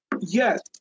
Yes